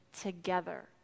together